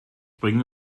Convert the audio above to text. bringe